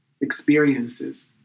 experiences